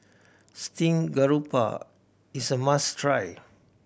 steame garoupa is a must try